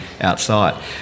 outside